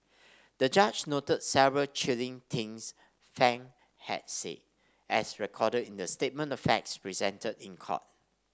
the judge noted several chilling things Fang had said as recorded in the statement of facts presented in court